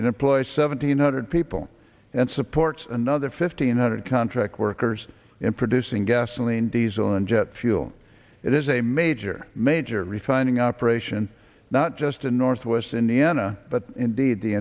in employ seventeen hundred people and supports another fifteen hundred contract workers in producing gasoline diesel and jet fuel it is a major major refining operation not just in northwest indiana but indeed the